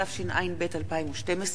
התשע"ב 2012,